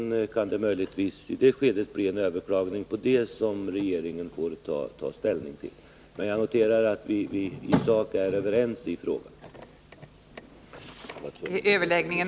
Därefter kan ett eventuellt överklagande bli en fråga som regeringen får ta ställning till. Jag noterar emellertid att vi i sak är överens i frågan.